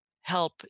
help